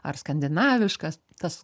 ar skandinaviškas tas